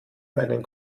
meinen